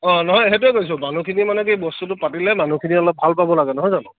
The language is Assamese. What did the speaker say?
অঁ নহয় সেইটোৱে কৈছোঁ মানুহখিনি মানে কি বস্তুটো পাতিলে মানুহখিনি অলপ ভাল পাব লাগে নহয় জানো